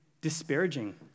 disparaging